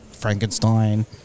Frankenstein